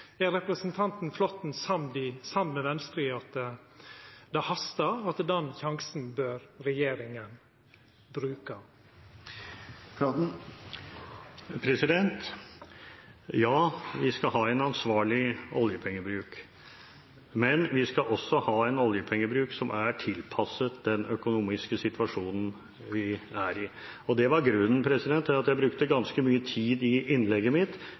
Er representanten Flåtten samd med Venstre i at det hastar, og at den sjansen bør regjeringa bruka? Ja, vi skal ha en ansvarlig oljepengebruk. Men vi skal også ha en oljepengebruk som er tilpasset den økonomiske situasjonen vi er i. Det var grunnen til at jeg brukte ganske mye tid i innlegget mitt